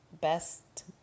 best